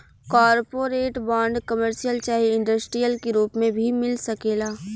corporate bond, commercial चाहे industrial के रूप में भी मिल सकेला